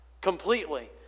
completely